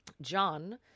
John